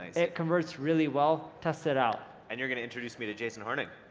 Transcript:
it converts really well, test it out and you're gonna introduce me to jason hornick.